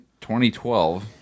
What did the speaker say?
2012